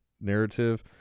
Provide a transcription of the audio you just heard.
narrative